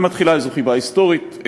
ומתחילה איזו חיבה היסטורית,